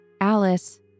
Alice